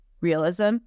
realism